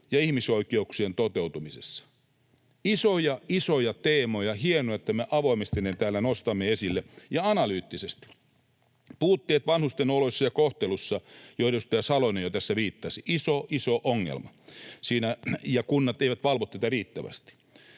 ja ihmisoikeuksien toteutumisessa. Isoja isoja teemoja, ja hienoa, että me avoimesti ne täällä nostamme esille, ja analyyttisesti: Puutteet vanhusten oloissa ja kohtelussa, johon edustaja Salonen jo tässä viittasi — iso iso ongelma, ja kunnat eivät valvo tätä riittävästi.